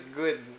good